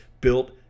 built